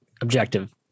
objective